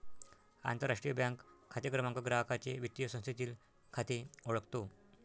आंतरराष्ट्रीय बँक खाते क्रमांक ग्राहकाचे वित्तीय संस्थेतील खाते ओळखतो